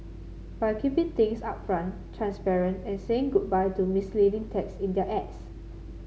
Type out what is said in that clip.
by keeping things upfront transparent and saying goodbye to misleading text in their ads